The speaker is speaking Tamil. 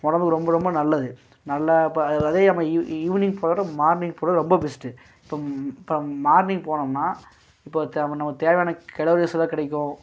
உடம்புக்கு ரொம்ப ரொம்ப நல்லது நல்லா இப்போ அதே நம்ம ஈவ் ஈவினிங் போகிறத விட மார்னிங் போகிறது ரொம்ப பெஸ்ட்டு இப்போ இப்போ மார்னிங் போனோம்னா இப்போ தேவைன்னோ ஒரு தேவையான கலோரிஸ்லாம் கிடைக்கும்